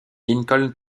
lincoln